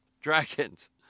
Dragons